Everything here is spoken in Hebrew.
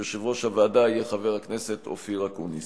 יושב-ראש הוועדה יהיה חבר הכנסת אופיר אקוניס.